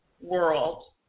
world